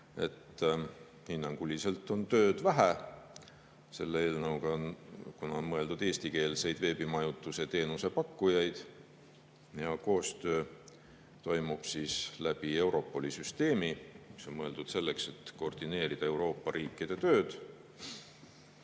Hinnanguliselt on tööd vähe selle eelnõu kohaselt, kuna on mõeldud eestikeelseid veebimajutusteenuse pakkujaid. Ja koostöö toimub Europoli süsteemi kasutades, mis on mõeldud selleks, et koordineerida Euroopa riikide tööd.